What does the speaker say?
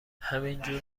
همینجور